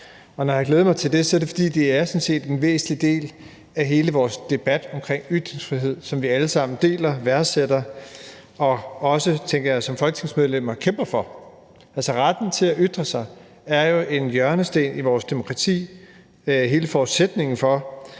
Når jeg har glædet mig til det, er det, fordi det sådan set er en væsentlig del af hele vores debat om ytringsfrihed, som vi alle sammen deler, værdsætter og også, tænker jeg, som folketingsmedlemmer kæmper for. Retten til at ytre sig er jo en hjørnesten i vores demokrati og hele forudsætningen for,